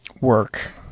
work